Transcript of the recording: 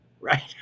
right